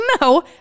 no